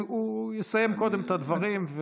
הוא יסיים קודם את הדברים.